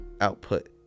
output